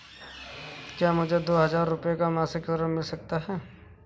क्या मुझे दो हजार रूपए का मासिक ऋण मिल सकता है?